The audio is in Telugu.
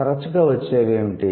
తరచుగా వచ్చేవి ఏమిటి